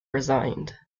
resigned